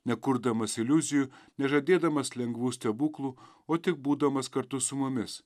nekurdamas iliuzijų nežadėdamas lengvų stebuklų o tik būdamas kartu su mumis